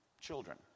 children